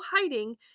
hiding